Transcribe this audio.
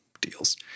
deals